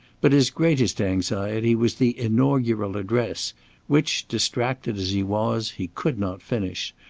but his greatest anxiety was the inaugural address which, distracted as he was, he could not finish,